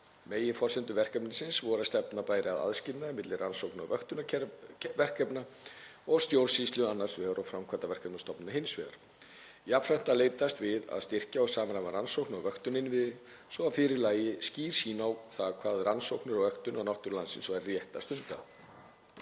Meginforsendur verkefnisins voru að stefna bæri að aðskilnaði milli rannsóknar- og vöktunarverkefna og stjórnsýslu annars vegar og framkvæmdaverkefna stofnana hins vegar, jafnframt að leitast við að styrkja og samræma rannsókna- og vöktunarinnviði svo að fyrir lægi skýr sýn á það hvaða rannsóknir og vöktun á náttúru landsins væri rétt að stunda.